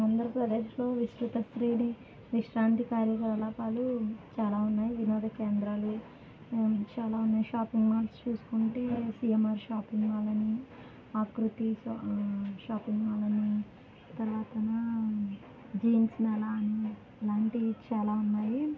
ఆంధ్రప్రదేశ్లో విస్తృత శ్రేణి విశ్రాంతి కార్యకలాపాలు చాలా ఉన్నాయి వినోద కేంద్రాలు చాలా ఉన్నాయి షాప్పింగ్ మాల్స్ చూసుకుంటే సిఎమ్ఆర్ షాప్పింగ్ మాల్ అని ఆకృతి షాప్పింగ్ మాల్ అని తర్వాత జీన్స్ మేలా అని ఇలాంటివి చాలా ఉన్నాయి